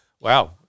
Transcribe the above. Wow